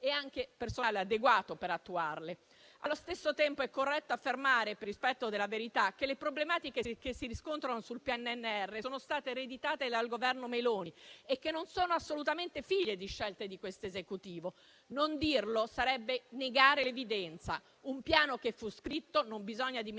di personale adeguato per attuarle. Allo stesso tempo, per rispetto della verità, è corretto affermare che le problematiche che si riscontrano sul PNNR sono state ereditate dal Governo Meloni e che non sono assolutamente figlie di scelte di questo Esecutivo: non dirlo sarebbe negare l'evidenza. Il Piano - non bisogna dimenticarlo